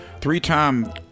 Three-time